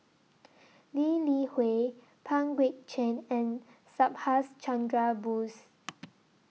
Lee Li Hui Pang Guek Cheng and Subhas Chandra Bose